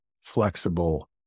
flexible